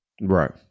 right